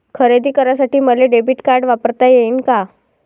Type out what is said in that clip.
खरेदी करासाठी मले डेबिट कार्ड वापरता येईन का?